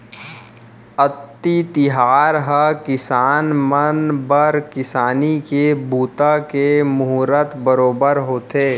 अक्ती तिहार ह किसान मन बर किसानी के बूता के मुहरत बरोबर होथे